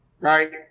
Right